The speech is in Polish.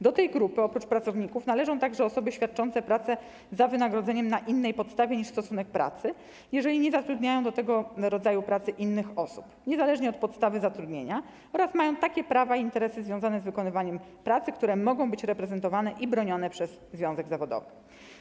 Do tej grupy oprócz pracowników należą także osoby świadczące pracę za wynagrodzeniem na innej podstawie niż stosunek pracy, jeżeli nie zatrudniają do tego rodzaju pracy innych osób, niezależnie od podstawy zatrudnienia, oraz mają takie prawa i interesy związane z wykonywaniem pracy, które mogą być reprezentowane i bronione przez związek zawodowy.